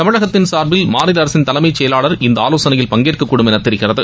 தமிழகத்தின் சார்பில் மாநில அரசின் தலைமை செயலாளர் இந்த ஆலோசனையில் பங்கேற்கக்கூடும் என தெரிகிறது